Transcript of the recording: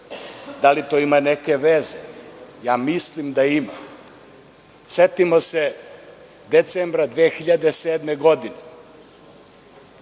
da li to ima neke veze? Ja mislim da ima. Setimo se decembra 2007. godine.